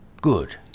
Good